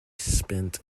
spent